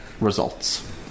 results